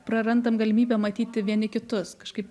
prarandam galimybę matyti vieni kitus kažkaip